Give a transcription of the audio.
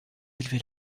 élever